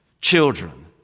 children